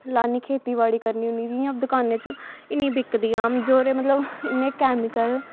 बी लान्नी खेत्ती बाड़ी करनी होन्नी जियां दकाने च इन्नी दिक्कत जा जेह्ड़े मतलब इन्ने कैमिकल